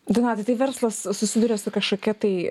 donatai tai verslas susiduria su kažkokia tai